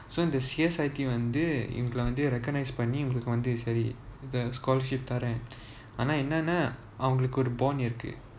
so in the C_S_I_T வந்துஇவங்கலவந்து:vanthu ivangala vanthu recognise பண்ணி:panni the scholarship தரேன்ஆனாஎன்னனாஅவங்களுக்குஒரு:tharen aana enna avangaluku oru bond இருக்கு:iruku